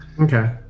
Okay